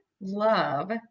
love